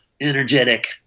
energetic